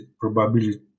probability